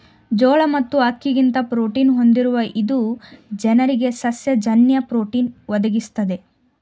ಜೋಳ ಮತ್ತು ಅಕ್ಕಿಗಿಂತ ಪ್ರೋಟೀನ ಹೊಂದಿರುವ ಇದು ಜನರಿಗೆ ಸಸ್ಯ ಜನ್ಯ ಪ್ರೋಟೀನ್ ಒದಗಿಸ್ತದೆ